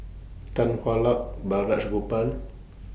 Tan Hwa Luck Balraj Gopal